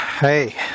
hey